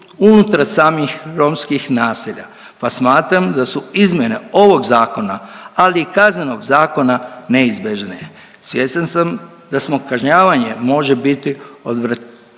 unutra samih romskih naselja, pa smatram da su izmjene ovog Zakona, ali i Kaznenog zakona neizbježne. Svjestan sam da smo kažnjavanje može biti odvraćujuće,